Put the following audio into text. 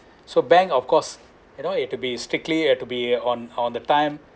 so bank of course you know you've to be strictly and to be on on the time